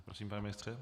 Prosím, pane ministře.